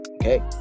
Okay